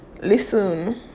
listen